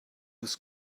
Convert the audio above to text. his